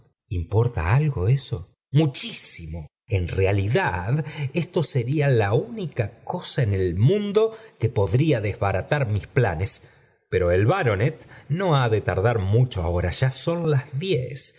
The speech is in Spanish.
importa algo eso muchísimo en realidad esto sería la única cosa en el mundo que podría desbaratar mis planes pero el baronet no ha de tardar mucho ahora ya son las diez